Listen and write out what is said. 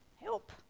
help